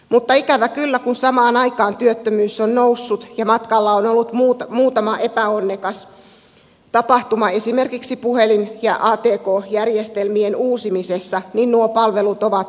mutta ikävä kyllä kun samaan aikaan työttömyys on noussut ja matkalla on ollut muutama epäonnekas tapahtuma esimerkiksi puhelin ja atk järjestelmien uusimisessa nuo palvelut ovat ruuhkautuneet